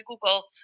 google